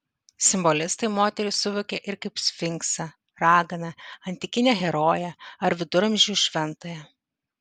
simbolistai moterį suvokė ir kaip sfinksą raganą antikinę heroję ar viduramžių šventąją